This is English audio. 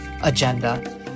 agenda